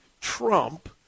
Trump